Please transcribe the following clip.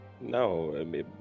No